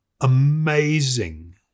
amazing